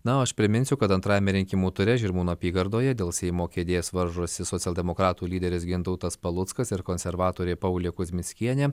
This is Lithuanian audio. na o aš priminsiu kad antrajame rinkimų ture žirmūnų apygardoje dėl seimo kėdės varžosi socialdemokratų lyderis gintautas paluckas ir konservatorė paulė kuzmickienė